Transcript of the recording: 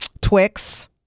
Twix